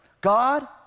God